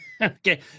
Okay